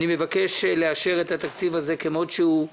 אני מבקש לאשר את התקציב הזה כמות שהוא.